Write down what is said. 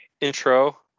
intro